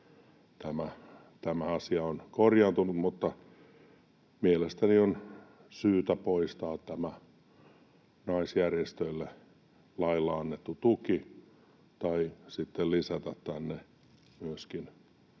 tämä asia on korjaantunut. Mielestäni on syytä poistaa tämä naisjärjestöille lailla annettu tuki tai sitten lisätä tänne myöskin